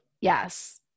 Yes